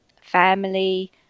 family